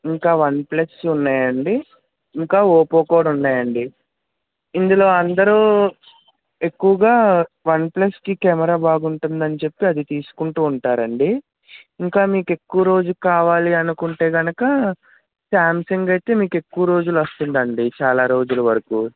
ఇంకా వన్ప్లస్ ఉన్నాయండి ఇంకా ఒప్పో కూడా ఉన్నాయండి ఇందులో అందరూ ఎక్కువగా వన్ప్లస్కి కెమెరా బాగుంటుందని చెప్పి అది తీసుకుంటూ ఉంటారండి ఇంకా మీకెక్కువరోజు కావాలి అనుకుంటే కను క సామ్సంగ్ అయితే మీకెక్కువ రోజులొస్తుందండి చాలా రోజులవరకు